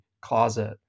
closet